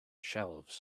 shelves